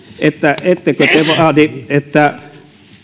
ettekö te vaadi että